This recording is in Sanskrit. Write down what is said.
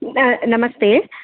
न नमस्ते